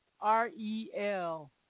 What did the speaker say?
R-E-L